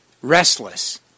Restless